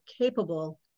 capable